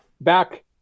back